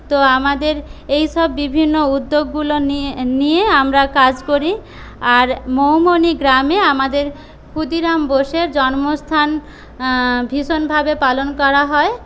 তো আমাদের এইসব বিভিন্ন উদ্যোগগুলো নিয়ে নিয়ে আমরা কাজ করি আর মৌমনি গ্রামে আমাদের ক্ষুদিরাম বোসের জন্মস্থান ভীষণভাবে পালন করা হয়